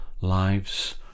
lives